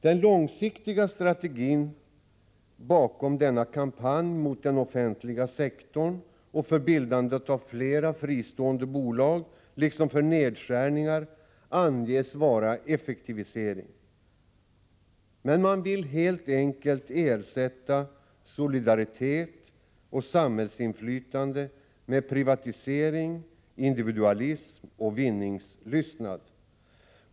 Den långsiktiga strategin bakom denna kampanj mot den offentliga sektorn och för bildandet av flera fristående bolag, liksom för nedskärningar, anges vara effektivisering. Man vill helt enkelt ersätta solidaritet och samhällsinflytande med privatisering, individualism och vinningslystnad.